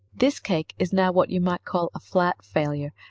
this cake is now what you might call a flat failure.